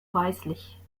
weißlich